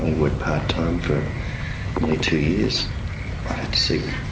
worked part-time for nearly two years. i had to seek